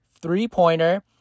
three-pointer